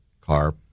car